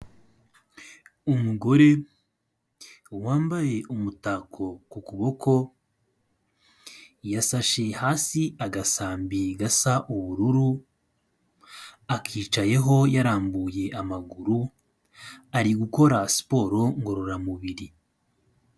Umugore wambaye umutako ku kuboko, yasashe hasi agasambi gasa ubururu, akicayeho yarambuye amaguru, ari gukora siporo ngororamubiri.